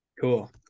Cool